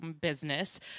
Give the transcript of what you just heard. business